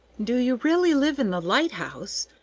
do you really live in the lighthouse?